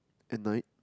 at night